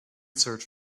search